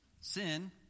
Sin